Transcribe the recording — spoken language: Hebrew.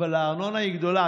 אבל הארנונה היא גדולה.